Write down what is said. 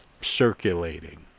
circulating